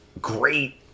great